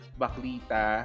baklita